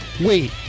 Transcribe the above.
Wait